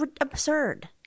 absurd